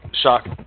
shock